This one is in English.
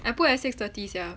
I put at six thirty sia